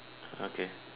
okay